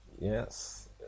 yes